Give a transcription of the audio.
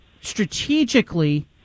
strategically